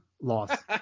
loss